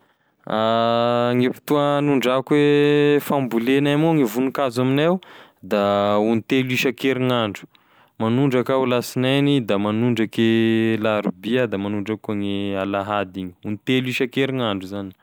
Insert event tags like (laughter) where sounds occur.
(hesitation) Gne fotoa hagnondrahako e fambolenay amignao, gne voninkazo aminay ao da ontelo isankerignandro, magnodraka aho lasinainy da magnondraky e larobia da magnondraky koa gne alahady igny, ontelo isankerignandro zany.